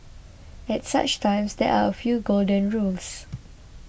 at such times there are a few golden rules